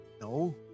No